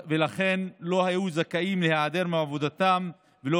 ולכן לא היו זכאים להיעדר מעבודתם ולא